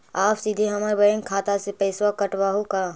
आप सीधे हमर बैंक खाता से पैसवा काटवहु का?